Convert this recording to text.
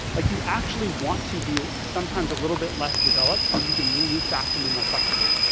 like you actually want to be sometimes a little bit less developed because you can move faster and be more flexible.